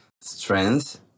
strength